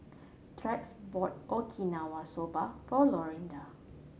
Tex bought Okinawa Soba for Lorinda